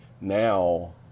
now